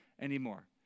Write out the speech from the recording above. anymore